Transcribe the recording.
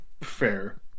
fair